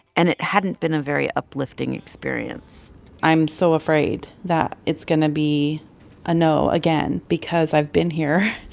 and it hadn't been a very uplifting experience i'm so afraid that it's going to be a no again because i've been here,